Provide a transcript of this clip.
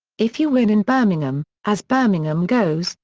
if you win in birmingham, as birmingham goes,